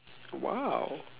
!wow!